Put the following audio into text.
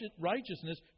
righteousness